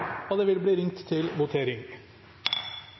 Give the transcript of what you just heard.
protokollen. Det vil bli lagt merke til